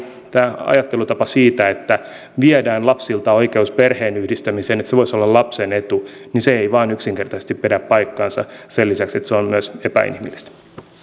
tämä ajattelutapa siitä että viedään lapsilta oikeus perheenyhdistämiseen että se voisi olla lapsen etu ei vain yksinkertaisesti pidä paikkaansa sen lisäksi että se on myös epäinhimillistä